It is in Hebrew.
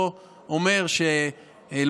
באה קבוצה שאי-אפשר לומר שהיא הגיעה מצד אחד.